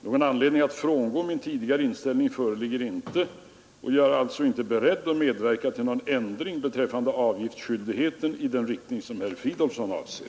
Någon anledning att frångå min tidigare inställning föreligger inte, och jag är alltså inte beredd att medverka till någon ändring beträffande avgiftsskyldigheten i den riktning som herr Fridolfsson avser